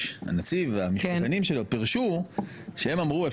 המשפטנים שלו פירשו שהם אמרו,